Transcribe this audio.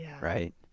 right